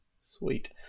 Sweet